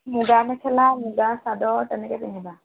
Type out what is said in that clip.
মুগা মেখেলা মুগা চাদৰ তেনেকে পিন্ধিবা